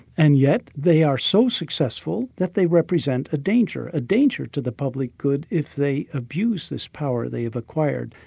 and yet they are so successful that they represent a danger, a danger to the public good if they abuse this power they've acquired.